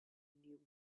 new